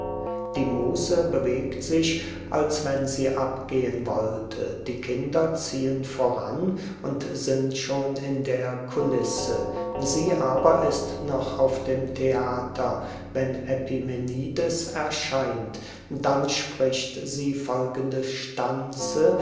die muse bewegt sich als wenn sie abgehen wollte die kinder ziehen voran und sind schon in der kulisse sie aber ist noch auf dem theater wenn epimenides erscheint dann spricht sie folgende stanze